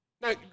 Now